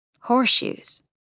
Horseshoes